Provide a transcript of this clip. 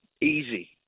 easy